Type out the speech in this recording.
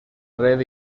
red